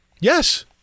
yes